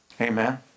Amen